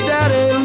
Daddy